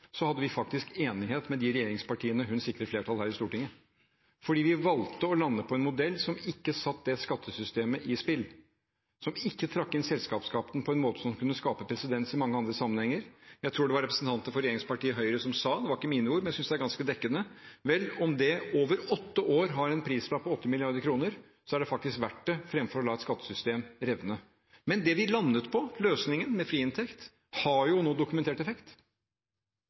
hadde vi faktisk enighet med de regjeringspartiene hun sikrer flertall her i Stortinget, fordi vi valgte å lande på en modell som ikke satte det skattesystemet i spill, og som ikke trakk inn selskapsskatten på en måte som kunne skape presedens i mange andre sammenhenger. Jeg tror det var representanter for regjeringspartiet Høyre som sa – det var ikke mine ord, men jeg synes de er ganske dekkende – vel, om det over åtte år har en prislapp på 8 mrd. kr, er det faktisk verdt det, fremfor å la et skattesystem revne. Men det vi landet – løsningen med friinntekt – har jo dokumentert effekt: